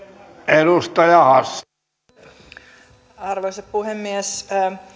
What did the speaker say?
arvoisa puhemies